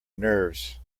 nerves